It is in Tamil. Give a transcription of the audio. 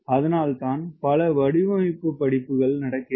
அதனால்தான் பல வடிவமைப்பு படிப்புகள் நடக்கிறது